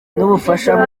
n’ubufasha